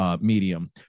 medium